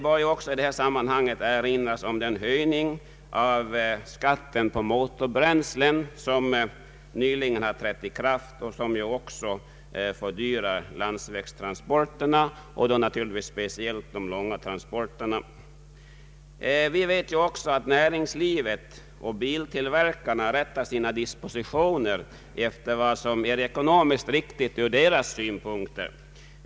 I detta sammanhang bör också erinras om den höjning av skatten på motorbränslen som nyligen genomförts och som ju också fördyrar landsvägstransporterna, naturligtvis särskilt de långa transporterna. Vi vet också att näringslivet och biltillverkarna rättar sina dispositioner efter vad som är ekonomiskt riktigt ur deras synpunkter.